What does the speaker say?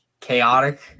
chaotic